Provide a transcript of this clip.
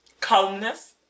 calmness